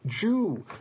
Jew